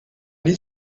niet